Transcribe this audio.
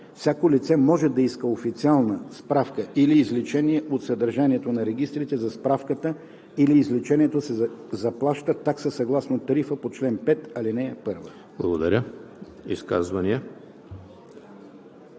Всяко лице може да иска официална справка или извлечение от съдържанието на регистрите. За справката или извлечението се заплаща такса съгласно тарифата по чл. 5, ал. 1.“ ПРЕДСЕДАТЕЛ